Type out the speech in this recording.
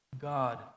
God